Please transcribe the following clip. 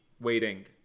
waiting